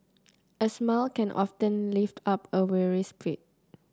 a smile can often lift up a weary spirit